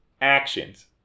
actions